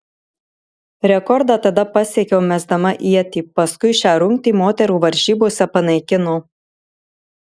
rekordą tada pasiekiau mesdama ietį paskui šią rungtį moterų varžybose panaikino